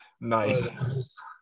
Nice